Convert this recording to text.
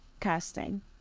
casting